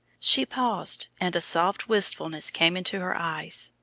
she paused, and a soft wistfulness came into her eyes.